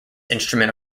instrument